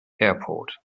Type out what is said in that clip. airport